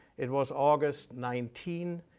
it was august nineteen,